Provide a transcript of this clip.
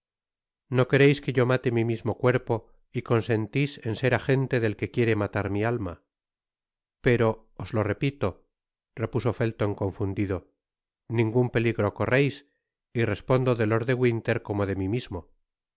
no quereis que yo mate mi mismo cuerpo y consentís en ser agente del que quiere matar mi alma pero os lo repito repuso felton confundido ningun peligro correis y respondo de lord de winter como de mí mismo